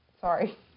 Sorry